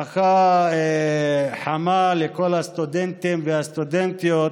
ברכה חמה לכל הסטודנטים והסטודנטיות,